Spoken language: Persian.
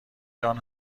جان